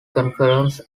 conference